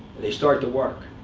they start to work.